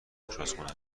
آشپزخونه